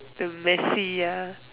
the messy ya